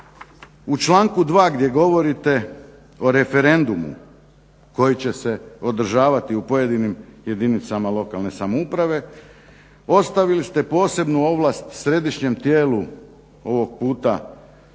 U članku 2. gdje govorite o referendumu koji će se održavati u pojedinim jedinicama lokalne samouprave ostavili ste posebnu ovlast središnjem tijelu, ovog puta